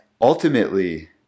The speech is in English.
ultimately